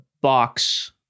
box